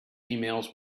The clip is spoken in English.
emails